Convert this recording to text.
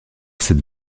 cette